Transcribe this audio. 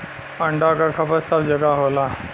अंडा क खपत सब जगह होला